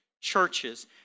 churches